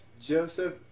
Joseph